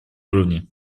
уровне